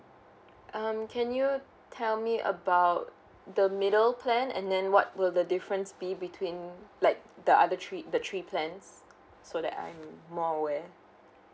um can you tell me about the middle plan and then what would the difference be between like the other three the three plans so that I'm more aware